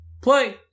play